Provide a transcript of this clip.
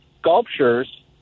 sculptures